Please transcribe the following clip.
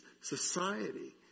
society